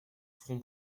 front